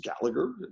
Gallagher